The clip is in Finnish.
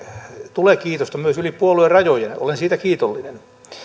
tulee kiitosta myös yli puoluerajojen olen siitä kiitollinen